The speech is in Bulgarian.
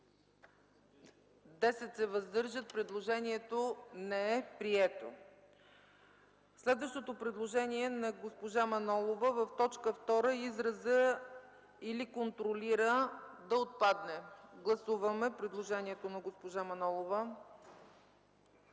се 10. Предложението не е прието. Следващото предложение на госпожа Манолова е в т. 2 изразът „или контролира” да отпадне. Гласуваме предложението на госпожа Манолова.